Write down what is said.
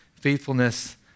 faithfulness